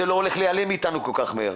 זה לא הולך להעלם מאיתנו כל כך מהר.